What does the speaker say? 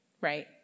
right